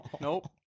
Nope